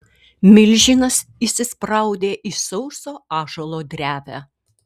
milžinas įsispraudė į sauso ąžuolo drevę